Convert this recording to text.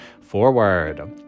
forward